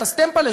את ה"סטמפל'ה",